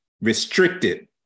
restricted